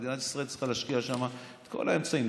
מדינת ישראל צריכה להשקיע שם את כל האמצעים,